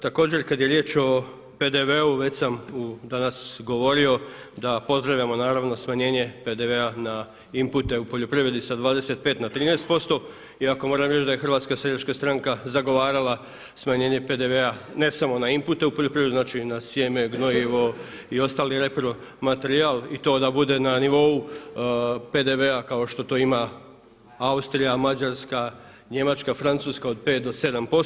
Također kad je riječ o PDV-u već sam danas govorio da pozdravljam naravno smanjenje PDV-a na inpute u poljoprivredi sa 25 na 13% iako moram reći da je Hrvatska seljačka stranka zagovarala smanjenje PDV-a ne samo na inpute u poljoprivredi, znači i na sjeme, gnojivo i ostali repromaterijal i to da bude na nivou PDV-a kao što to ima Austrija, Mađarska, Njemačka, Francuska od 5 do 7%